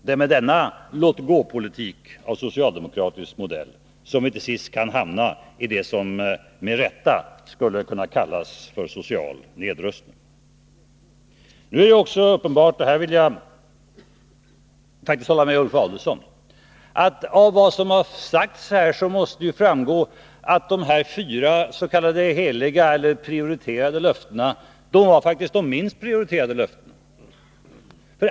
Det är med denna låt-gå-politik av socialdemokratisk Onsdagen den modell som vi till sist kan hamna i det som med rätta skulle kunna kallas för 15 december 1982 social nedrustning. Det är uppenbart — och här håller jag med Ulf Adelsohn — att av vad som här har sagts måste ha framgått att de fyra s.k. heliga eller prioriterade löftena faktiskt var de minst prioriterade.